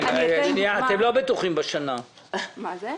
אתם לא בטוחים שמספיק שנה,